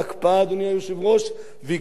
והקפיא את חייהם היהודיים,